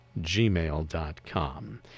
gmail.com